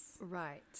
Right